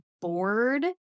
bored